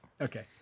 Okay